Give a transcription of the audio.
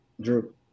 Drew